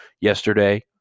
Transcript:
yesterday